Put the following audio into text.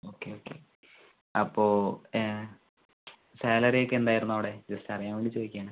okay okay അപ്പോൾ salary ഒക്കെ എന്തായിരുന്നു അവിടെ ജസ്റ്റ് അറിയാൻ വേണ്ടി ചോദിക്കുകയാണ്